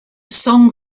song